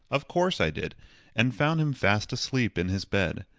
of course i did and found him fast asleep in his bed.